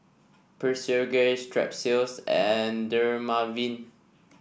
Physiogel Strepsils and Dermaveen